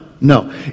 no